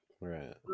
Right